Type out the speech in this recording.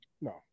no